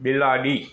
બિલાડી